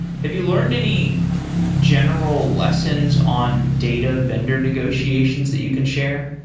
have you learned any general lessons on data vendor negotiations that you can share?